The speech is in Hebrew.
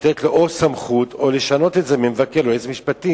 או לתת לו סמכות או לשנות את זה ממבקר ליועץ משפטי,